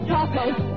Tacos